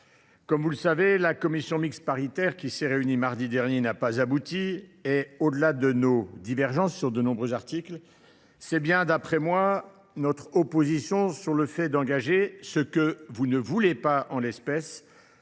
Comme vous le savez, la commission mixte paritaire, qui s’est réunie mardi dernier, n’a pas abouti. Au delà de nos divergences sur de nombreux articles du projet de loi, c’est bien d’après moi notre opposition sur le fait d’engager ce que vous ne voulez pas en l’espèce